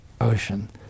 Ocean